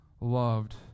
loved